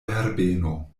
herbeno